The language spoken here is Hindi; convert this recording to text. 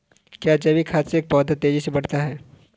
क्या जैविक खाद से पौधा तेजी से बढ़ता है?